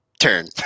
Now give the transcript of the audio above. turn